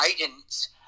guidance